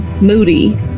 moody